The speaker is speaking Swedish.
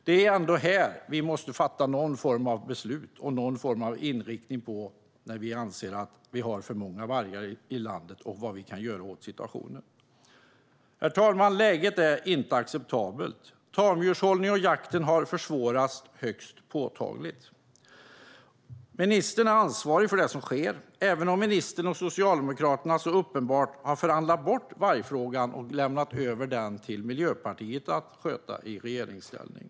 Det är här vi måste fatta någon form av beslut och ha något slags inriktning för när vi anser att vi har för många vargar i landet och vad vi kan göra åt situationen. Herr talman! Läget är inte acceptabelt. Tamdjurshållningen och jakten har försvårats högst påtagligt. Ministern är ansvarig för det som sker, även om ministern och Socialdemokraterna uppenbarligen har förhandlat bort vargfrågan och lämnat över den till Miljöpartiet att sköta i regeringsställning.